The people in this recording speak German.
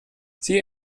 sie